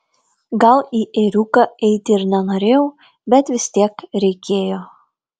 gal į ėriuką eiti ir nenorėjau bet vis tiek reikėjo